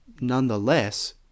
nonetheless